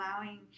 allowing